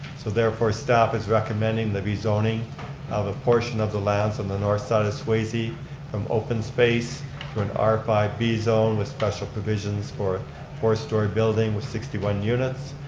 so, therefore staff is recommending the rezoning of a portion of the lands on the north side of swayze from open space to an r five b zone with special provisions for a four-story building with sixty one units,